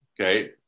Okay